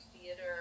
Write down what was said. theater